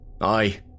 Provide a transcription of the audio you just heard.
Aye